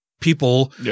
people